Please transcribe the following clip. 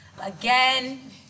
Again